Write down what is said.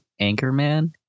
Anchorman